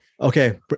Okay